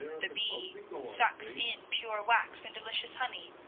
the bee sucks in pure wax and delicious honey.